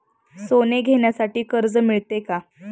सोने घेण्यासाठी कर्ज मिळते का?